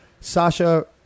Sasha